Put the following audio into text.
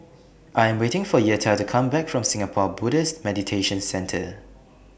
I'm waiting For Yetta to Come Back from Singapore Buddhist Meditation Centre